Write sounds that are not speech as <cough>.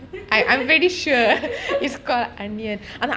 <laughs> i am really sure <laughs> its called anniyan